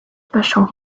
böschung